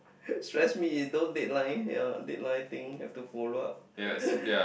stress me don't deadline yea deadline things have to follow up